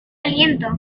aliento